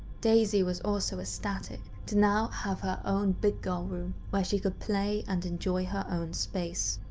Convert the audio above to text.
daisy was also ecstatic to now have her own big girl room where she could play and enjoy her own space.